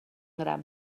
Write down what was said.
gram